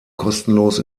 kostenlos